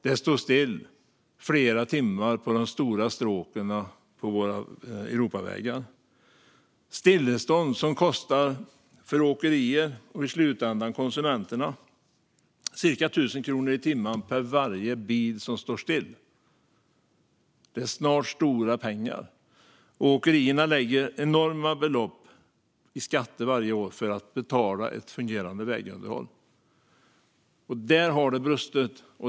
Man stod stilla i flera timmar på de stora stråken på våra Europavägar. Det är ett stillestånd som kostar för åkerier och i slutändan konsumenterna cirka 1 000 kronor i timmen för varje bil som står stilla. Det är snart stora pengar. Och åkerierna lägger enorma belopp i skatter varje år för att betala för ett fungerande vägunderhåll. Där har det brustit.